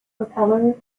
propeller